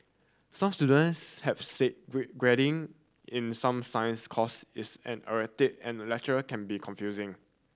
some students have said grading in some science course is an erratic and lecture can be confusing